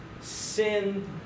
sin